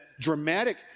dramatic